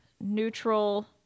neutral